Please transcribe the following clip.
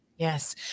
Yes